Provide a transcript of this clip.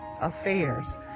affairs